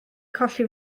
colli